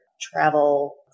travel